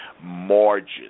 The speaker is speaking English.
margins